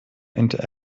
into